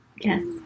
Yes